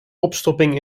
opstopping